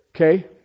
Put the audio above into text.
Okay